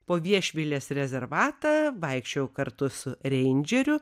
po viešvilės rezervatą vaikščiojau kartu su reindžeriu